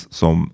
som